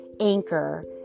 Anchor